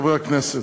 חברי הכנסת,